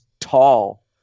tall